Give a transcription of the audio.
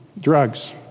drugs